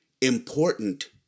important